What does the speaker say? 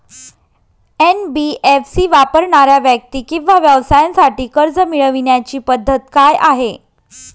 NBFC वापरणाऱ्या व्यक्ती किंवा व्यवसायांसाठी कर्ज मिळविण्याची पद्धत काय आहे?